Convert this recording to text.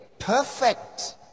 Perfect